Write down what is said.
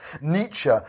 Nietzsche